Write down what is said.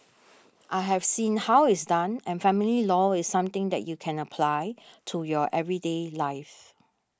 I have seen how it's done and family law is something that you can apply to your everyday life